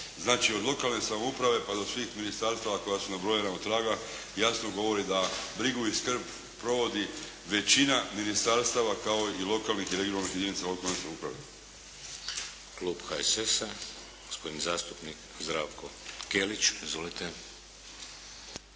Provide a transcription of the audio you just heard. znači od lokalne samouprave pa do svih ministarstava koja su nabrojana otraga, jasno govori da brigu i skrb provodi većina ministarstava kao i lokalnih i regionalnih jedinica lokalne samouprave. **Šeks, Vladimir (HDZ)** Klub HSS-a, gospodin zastupnik Zdravko Kelić. Izvolite.